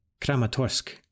Kramatorsk